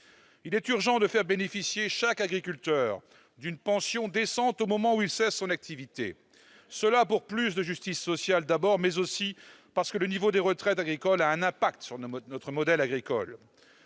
Il est urgent de faire bénéficier chaque agriculteur d'une pension décente au moment où il cesse son activité, pour plus de justice sociale d'abord, mais aussi parce que le niveau des retraites agricoles a un impact sur notre modèle agricole.